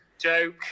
joke